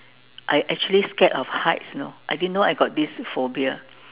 I actually scared of heights you know I didn't know I got this phobia